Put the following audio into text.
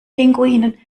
pinguinen